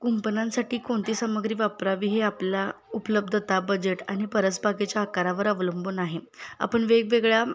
कुंपणांसाठी कोणती सामग्री वापरावी हे आपला उपलब्धता बजेट आणि परसबागेच्या आकारावर अवलंबून आहे आपण वेगवेगळ्या